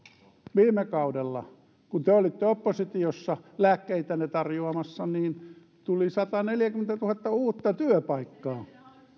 viime kaudella kun te olitte oppositiossa lääkkeitänne tarjoamassa tuli sataneljäkymmentätuhatta uutta työpaikkaa